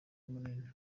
munini